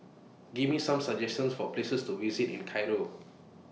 Give Me Some suggestions For Places to visit in Cairo